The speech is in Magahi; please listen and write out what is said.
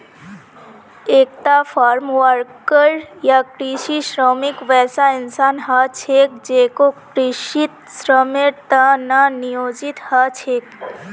एकता फार्मवर्कर या कृषि श्रमिक वैसा इंसान ह छेक जेको कृषित श्रमेर त न नियोजित ह छेक